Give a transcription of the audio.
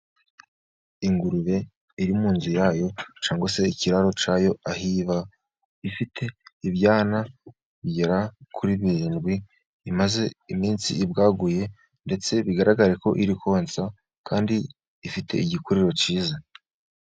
Ingurube iri mu nzu yayo cyangwa se ikiraro cyayo aho iba. Ifite ibyana bigera kuri birindwi bimaze iminsi ibwaguye, ndetse bigaragare ko iri konsa kandi ifite igikururo kiza.